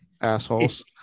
Assholes